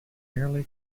merely